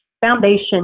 Foundation